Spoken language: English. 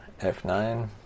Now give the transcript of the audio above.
F9